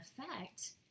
effect